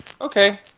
Okay